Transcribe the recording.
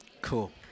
cool